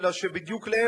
אלא שבדיוק להיפך,